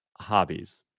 hobbies